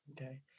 Okay